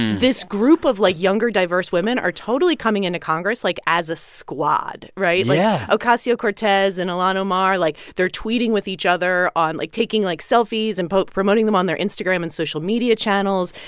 this group of, like, younger diverse women are totally coming into congress like as a squad, right? yeah like, ocasio-cortez and ilhan omar like, they're tweeting with each other on like, taking, like, selfies and but promoting them on their instagram and social media channels.